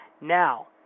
now